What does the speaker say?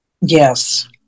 Yes